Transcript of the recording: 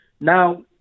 Now